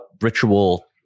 ritual